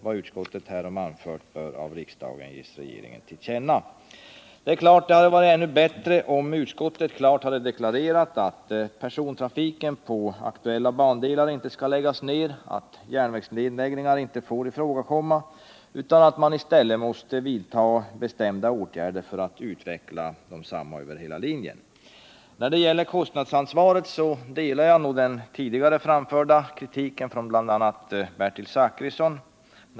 Vad utskottet härom anfört bör av riksdagen ges regeringen till känna.” Det hade naturligtvis varit ännu bättre om utskottet klart hade deklarerat att persontrafiken på de aktuella bandelarna inte skall läggas ner, att järnvägsnedläggningar inte får förekomma utan att man i stället måste vidta åtgärder för att utveckla denna trafik. Beträffande kostnadsansvaret instämmer jag i den kritik som har framförts av bl.a. Bertil Zachrisson.